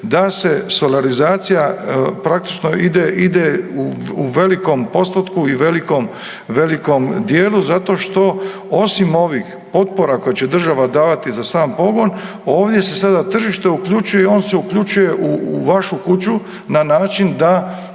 da se solarizacija praktično ide u velikom postotku i velikom dijelu zato što osim ovih potpora koje će država davati za sam pogon ovdje se sada tržište uključuje i on se uključuje u vašu kuću na način da